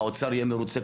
האוצר יהיה מרוצה,